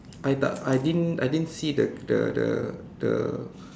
I tak I didn't I didn't see the the the the